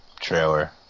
trailer